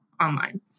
online